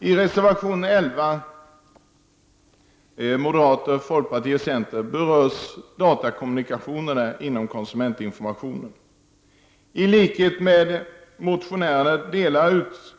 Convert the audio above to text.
I reservation 11 av moderaterna, folkpartiet och centern berörs datakommunikation inom konsumentinformationen. I likhet med